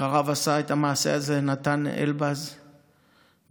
אחריו עשה את המעשה הזה נתן אלבז ב-1954,